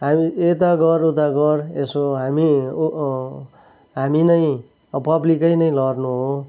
हामी यता गर उता गर यसो हामी ए हामी नै पब्लीकै नै लडनु हो